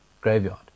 graveyard